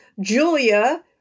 Julia